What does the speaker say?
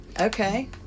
Okay